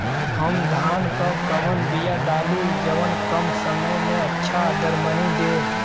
हम धान क कवन बिया डाली जवन कम समय में अच्छा दरमनी दे?